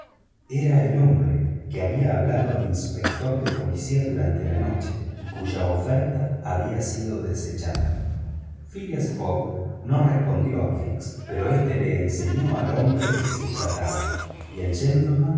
era el hombre que había hablado al inspector de policía durante la noche y cuya oferta había sido desechada phileas fogg no respondió a fix pero éste le enseñó el hombre de que se trataba y el